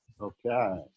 Okay